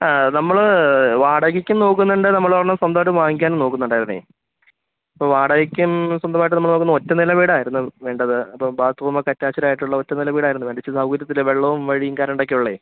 ആ നമ്മള് വാടകയ്ക്കും നോക്കുന്നുണ്ട് നമ്മളൊരെണ്ണം സ്വന്തമായിട്ട് വാങ്ങിക്കാനും നോക്കുന്നുണ്ടായിരുന്നേ ഇപ്പോൾ വാടകക്കും സ്വന്തമായിട്ട് നമ്മൾ നോക്കുന്നത് ഒറ്റ നില വീടായിരുന്നു വേണ്ടത് അപ്പം ബാത്രൂമൊക്കെ അറ്റാച്ച്ഡാടയിട്ടുള്ള ഒറ്റ നില വീടായിരുന്നു വേണ്ടത് ഇച്ചിരി സൗകര്യത്തിലെ വെള്ളവും വഴിയും കറണ്ടക്കെയുള്ളതെ